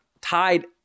tied